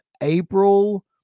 April